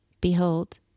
Behold